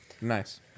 Nice